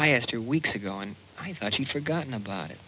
i asked two weeks ago and i thought you'd forgotten about it